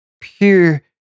pure